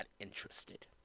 interested